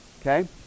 Okay